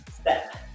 Step